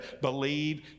believe